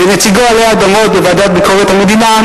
ונציגו עלי אדמות בוועדת ביקורת המדינה,